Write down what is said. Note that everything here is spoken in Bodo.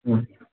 ओम